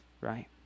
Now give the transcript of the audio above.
right